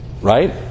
Right